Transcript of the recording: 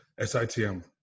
SITM